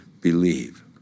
believe